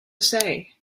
say